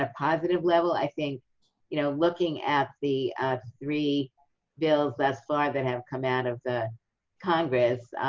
ah positive level, i think you know looking at the three bills thus far that have come out of the congress,